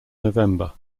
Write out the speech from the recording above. november